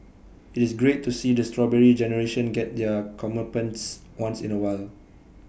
IT is great to see the Strawberry Generation get their comeuppance once in A while